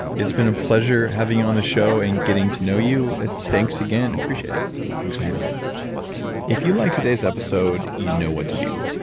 it's been a pleasure having you on this show and getting to know you. thanks again and appreciate it thanks for having me if you liked today's episode, you know what to do.